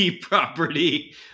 property